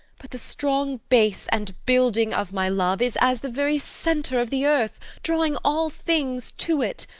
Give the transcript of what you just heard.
but the strong base and building of my love is as the very centre of the earth, drawing all things to it.